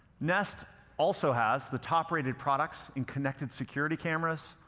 nest also has the top-rated products in connected security cameras,